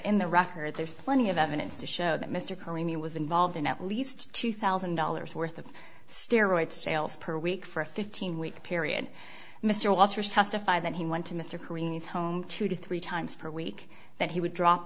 in the record there's plenty of evidence to show that mr kearney was involved in at least two thousand dollars worth of steroids sales per week for a fifteen week period mr walters testified that he went to mr careens home two to three times per week that he would drop